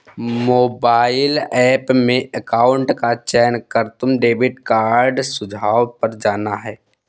mobile app में account का चयन कर तुम डेबिट कार्ड सुझाव पर जाना